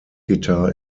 guitar